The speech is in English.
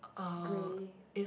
grey